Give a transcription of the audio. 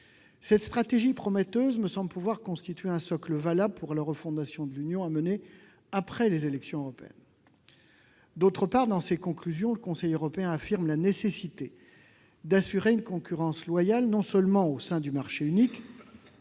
Cette stratégie prometteuse me semble pouvoir constituer un socle valable pour la refondation de l'Union, à mener après les élections européennes. D'autre part, dans ses conclusions, le Conseil européen affirme la nécessité « d'assurer une concurrence loyale », non seulement « au sein du marché unique